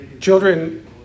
children